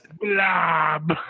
Blob